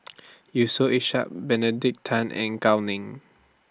Yusof Ishak Benedict Tan and Gao Ning